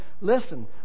Listen